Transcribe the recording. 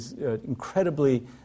incredibly